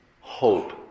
hope